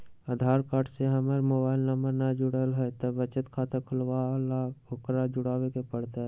आधार card से हमर mobile number न जुरल है त बचत खाता खुलवा ला उकरो जुड़बे के पड़तई?